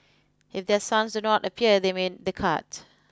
if their sons do not appear they made the cut